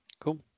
Cool